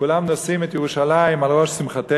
כולם נושאים את ירושלים על ראש שמחתנו,